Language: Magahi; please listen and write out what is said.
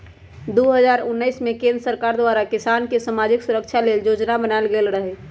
दू हज़ार उनइस में केंद्र सरकार द्वारा किसान के समाजिक सुरक्षा लेल जोजना बनाएल गेल रहई